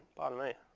pardon me.